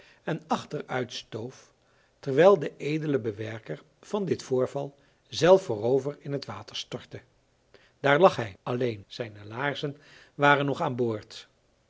en achteruitstoof terwijl de edele bewerker van dit voorval zelf voorover in het water stortte daar lag hij alleen zijne laarzen waren nog aan boord